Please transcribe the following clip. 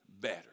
better